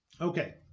okay